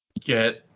get